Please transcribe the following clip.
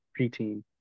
preteen